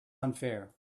unfair